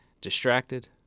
distracted